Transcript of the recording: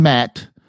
Matt